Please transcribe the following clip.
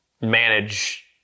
manage